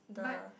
but